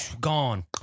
Gone